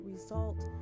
result